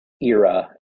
era